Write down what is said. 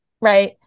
right